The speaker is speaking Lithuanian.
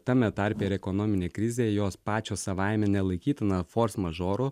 tame tarpe ir ekonominė krizė jos pačios savaime nelaikytina fors mažoru